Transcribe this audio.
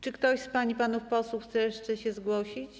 Czy ktoś z pań i panów posłów chce jeszcze się zgłosić?